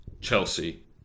Chelsea